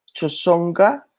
Chosonga